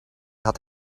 had